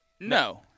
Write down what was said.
No